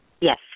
Yes